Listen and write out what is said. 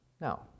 Now